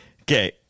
Okay